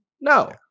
no